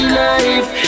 life